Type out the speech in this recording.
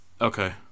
Okay